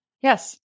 Yes